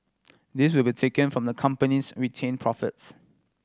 this will be taken from the company's retained profits